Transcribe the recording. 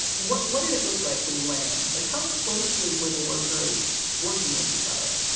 what what did it look like when you went in? like, how closely were the workers working with each other?